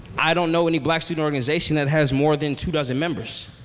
i don't know any black student organization that has more than two dozen members.